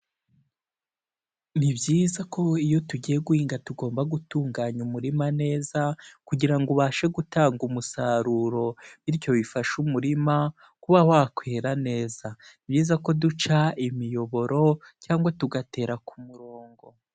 Ni byiza ko iyo tugiye guhinga tugomba gutunganya umurima neza kugira ngo ubashe gutanga umusaruro bityo bifashe umurima, kuba wakwira neza. Ni biza ko duca imiyoboro cyangwa tugatera ku murongo.